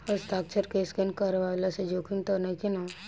हस्ताक्षर के स्केन करवला से जोखिम त नइखे न?